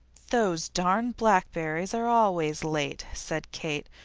those darn blackberries are always late, said kate,